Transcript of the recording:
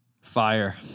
Fire